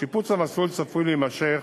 שיפוץ המסלול צפוי להימשך